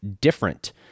different